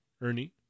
Ernie